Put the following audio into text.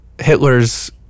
Hitler's